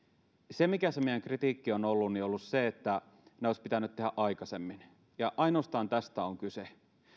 se mikä se meidän kritiikki on ollut on ollut se että ne olisi pitänyt tehdä aikaisemmin ja ainoastaan tästä on kyse